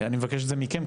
אני מבקש את זה מכם,